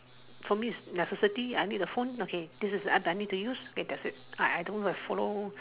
for me is necessity I need a phone okay this is I need to use okay that's it I I I don't like follow